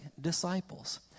disciples